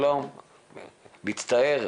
שלום, מצטערת,